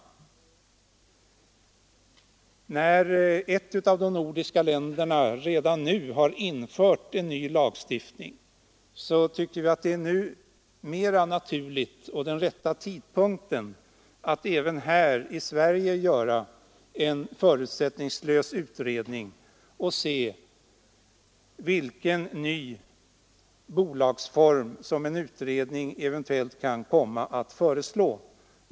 När ett av de nordiska länderna redan nu har infört en ny lagstiftning tycker vi att det är naturligt och den rätta tidpunkten att även i Sverige göra en förutsättningslös utredning och se vilken ny bolagsform som en utredning eventuellt kan komma att föreslå.